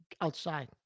outside